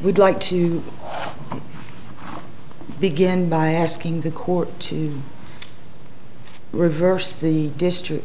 would like to begin by asking the court to reverse the district